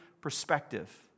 perspective